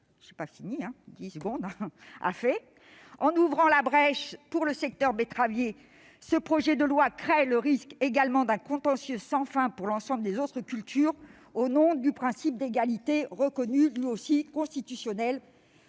ce que le Parlement a fait. En ouvrant la brèche pour le secteur betteravier, ce projet de loi crée aussi le risque d'un contentieux sans fin pour l'ensemble des autres cultures au nom du principe d'égalité, reconnu lui aussi constitutionnellement.